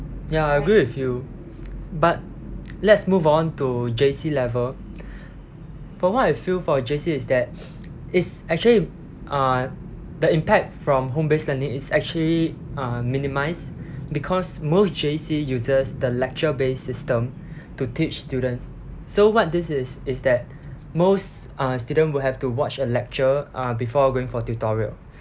ya I agree with you but let's move on to J_C level for what I feel for J_C is that it's actually uh the impact from home-based learning is actually uh minimised because most J_C uses the lecture based system to teach students so what this is is that most uh student will have to watch a lecture uh before going for tutorial